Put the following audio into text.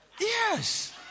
Yes